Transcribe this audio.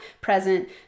present